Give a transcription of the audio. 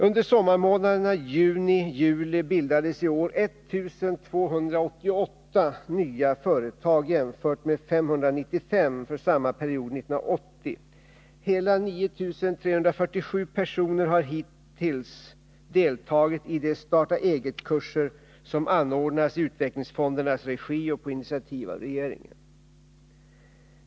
Under sommarmånaderna juni-juli bildades i år 1 200 nya företag jämfört med 595 för samma period 1980. Hela 9 347 personer har tills dags dato deltagit i de Starta Eget-kurser som anordnas i utvecklingsfondernas regi på initiativ av regeringen.